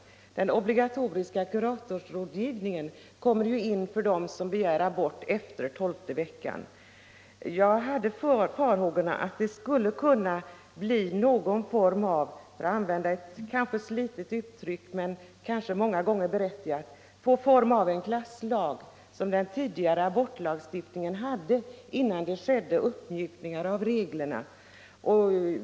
Den obligatoriska kuratorsrådgivningen kommer ju in för dem som begär abort efter den tolfte veckan. Jag hyste då farhågor för att lagen skulle kunna bli — för att använda ett något slitet men många gånger riktigt uttryck — något av en klasslag, som den tidigare abortlagstiftningen var innan vi gjorde en uppmjukning av reglerna.